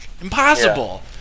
impossible